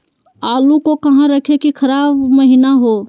आलू को कहां रखे की खराब महिना हो?